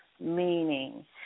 meaning